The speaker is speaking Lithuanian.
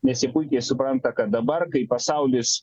nes jie puikiai supranta kad dabar kai pasaulis